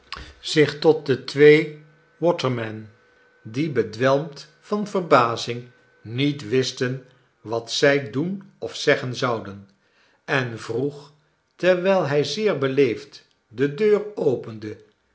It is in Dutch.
zich tot de twee watermen die bedwelmd van verbazing niet wisten wat zij doen of zeggen zouden en vroeg terwijl hij zeer beleefd de deur opende